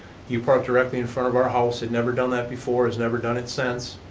he parked directly in front of our house. he'd never done that before, he's never done it since.